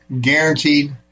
guaranteed